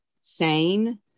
SANE